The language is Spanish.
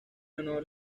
honor